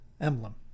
Emblem